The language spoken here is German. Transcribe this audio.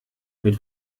mit